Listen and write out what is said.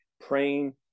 praying